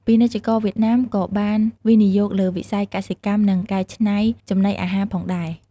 ពាណិជ្ជករវៀតណាមក៏បានវិនិយោគលើវិស័យកសិកម្មនិងកែច្នៃចំណីអាហារផងដែរ។